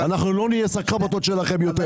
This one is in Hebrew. אנחנו לא נהיה שק החבטות שלכם יותר.